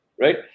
Right